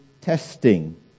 testing